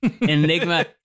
enigma